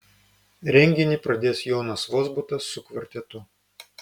renginį pradės jonas vozbutas su kvartetu